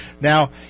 Now